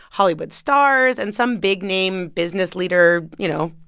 hollywood stars and some big-name-business-leader you know,